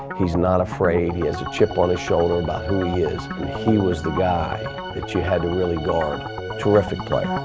he's not afraid he has a chip on his shoulder about who he is he was the guy that you had to really guard terrific play